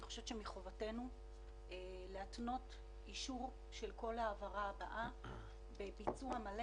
אני חושבת שמחובתנו להתנות אישור של כל ההעברה בביצוע מלא,